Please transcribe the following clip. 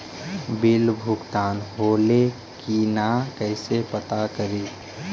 Bill भुगतान होले की न कैसे पता करी?